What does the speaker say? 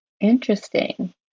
Interesting